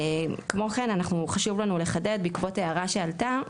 כמו כן, חשוב לנו לחדד בעקבות הערה שעלתה,